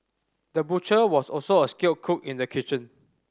the butcher was also a skilled cook in the kitchen